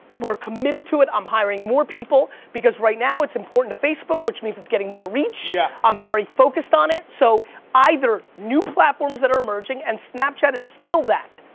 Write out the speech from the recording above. we're committed to it, i'm hiring more people because right now it's important to facebook which means it's getting more reach. yeah. i'm very focused on it so either new platforms that are emerging and snapchat is still that.